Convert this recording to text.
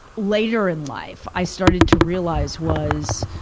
later in life, i started to realize was,